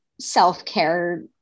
self-care